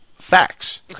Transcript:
facts